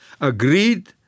agreed